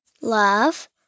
love